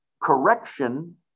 Correction